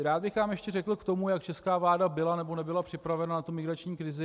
Rád bych vám ještě řekl k tomu, jak česká vláda byla nebo nebyla připravena na migrační krizi.